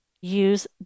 use